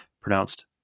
pronounced